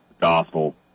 gospel